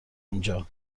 اونجا